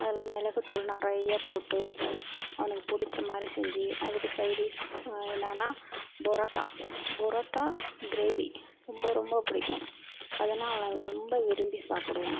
அதில் மிளகுத்தூள் நிறையா போட்டு அவனுக்கு பிடிச்ச மாதிரி செஞ்சு அதுக்கு சைடிஸ் என்னென்னா பொரோட்டா பொரோட்டா க்ரேவி ரொம்ப ரொம்ப பிடிக்கும் அதுன்னா அவன் ரொம்ப விரும்பி சாப்பிடுவான்